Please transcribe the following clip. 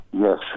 Yes